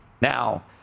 Now